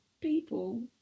people